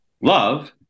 love